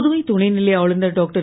புதுவை துணைநிலை ஆளுனர் டாக்டர்